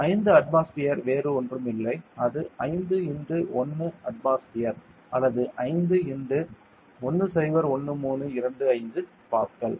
5 atmosphere வேறு ஒன்றும் இல்லை அது 5 x 1 அட்மாஸ்பியர் அல்லது 5 x 101325 பாஸ்கல்